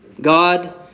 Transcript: God